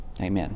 Amen